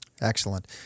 Excellent